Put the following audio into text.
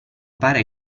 pare